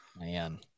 Man